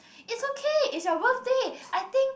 it's okay it's your birthday I think